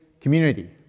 community